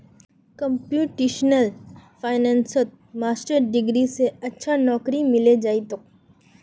computational फाइनेंसत master degree स अच्छा नौकरी मिले जइ तोक